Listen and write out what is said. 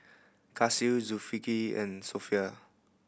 Kasih Zulkifli and Sofea